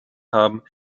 haben